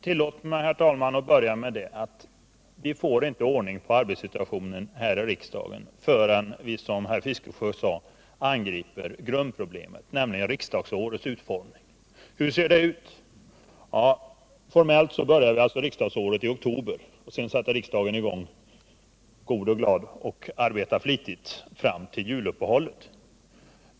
Tillåt mig, herr talman, att börja med att säga att vi inte får ordning på arbetssituationen här i riksdagen förrän vi, som herr Fiskesjö sade, angriper grundproblemet, nämligen riksdagsårets utformning. Hur ser riksdagsåret ut? Formellt börjar det i oktober. Då sätter riksdagen i gång, god och glad, och arbetar fitigt fram till juluppehållet.